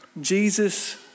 Jesus